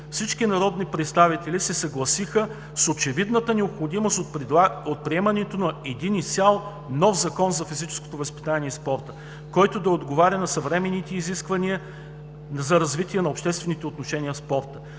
всички народни представители се съгласиха с очевидната необходимост от приемането на един изцяло нов Закон за физическото възпитание и спорта, който да отговаря на съвременните изисквания за развитие на обществените отношения в спорта.